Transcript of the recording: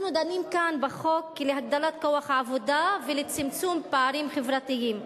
אנחנו דנים כאן בחוק להגדלת כוח העבודה ולצמצום פערים חברתיים,